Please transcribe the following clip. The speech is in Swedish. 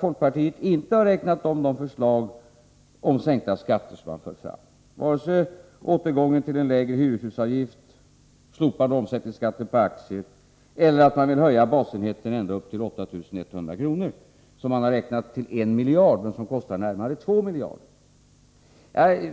Folkpartiet har inte räknat om de förslag om sänkta skatter som förts fram, vare sig förslaget om återgången till en lägre hyreshusavgift, om slopandet av omsättningsskatten på aktier eller om att höja basenheten ända upp till 8 100 kr., vilket man beräknat till I miljard men som kostar närmare 2 miljarder. Jag